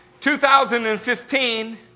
2015